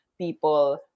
people